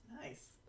Nice